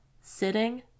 sitting